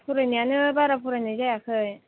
फरायनायानो बारा फरायनाय जायाखै